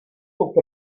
klub